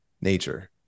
nature